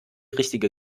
richtige